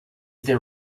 there